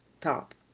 top